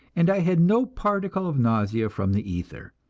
and i had no particle of nausea from the ether,